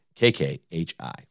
KKHI